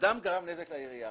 אדם גרם נזק לעירייה.